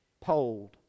polled